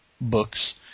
books